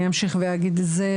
אני אמשיך ואגיד את זה,